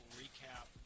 recap –